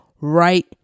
right